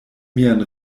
mian